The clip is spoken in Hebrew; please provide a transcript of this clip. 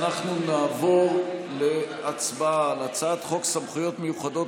אנחנו נעבור להצבעה על הצעת חוק סמכויות מיוחדות